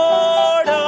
Lord